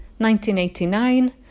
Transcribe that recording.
1989